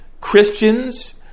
Christians